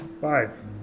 Five